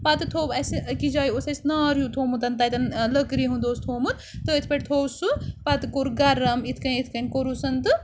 پَتہٕ تھوٚو اَسہِ أکِس جایہِ اوس اَسہِ نار ہیوٗ تھومُت تَتٮ۪ن لٔکرِ ہُنٛد اوس تھومُت تٔتھۍ پٮ۪ٹھ تھوٚو سُہ پَتہٕ کوٚر گرم یِتھ کٔنۍ یِتھ کٔنۍ کوٚرُس تہٕ